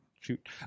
shoot